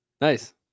Nice